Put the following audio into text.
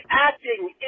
acting